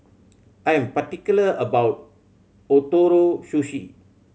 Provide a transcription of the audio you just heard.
I am particular about Ootoro Sushi